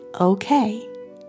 Okay